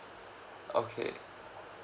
okay